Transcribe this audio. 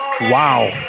Wow